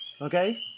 okay